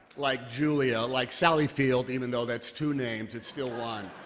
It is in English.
like julia. like sally field. even though that's two names, it's still one.